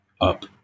up